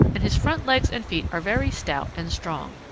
and his front legs and feet are very stout and strong.